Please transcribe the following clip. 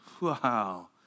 Wow